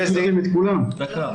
חזי, דקה,